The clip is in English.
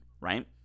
right